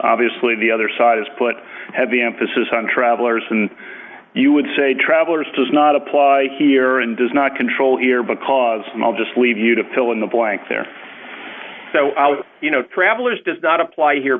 obviously the other side has put heavy emphasis on travelers and you would say travelers does not apply here and does not control here because most just leave you to fill in the blank there so you know travelers does not apply here